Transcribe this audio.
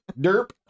Derp